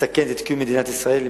מסכנת את קיום מדינת ישראל,